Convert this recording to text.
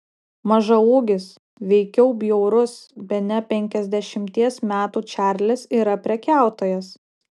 mažaūgis veikiau bjaurus bene penkiasdešimties metų čarlis yra prekiautojas